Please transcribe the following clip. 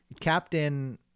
Captain